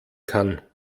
kann